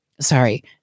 Sorry